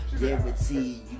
Guaranteed